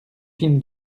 film